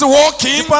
walking